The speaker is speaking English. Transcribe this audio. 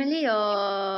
apa